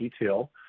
detail